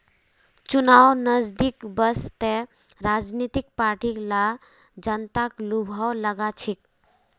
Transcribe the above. चुनाव नजदीक वस त राजनीतिक पार्टि ला जनताक लुभव्वा लाग छेक